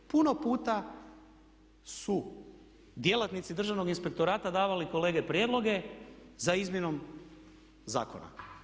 Puno puta su djelatnici Državnog inspektorata davali kolege prijedloge za izmjenom zakona.